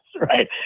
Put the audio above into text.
Right